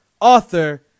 author